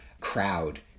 crowd